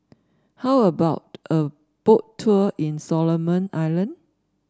how about a Boat Tour in Solomon Island